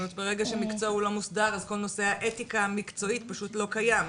ברגע שמקצוע לא מוסדר אז כל נושא האתיקה המקצועית פשוט לא קיים.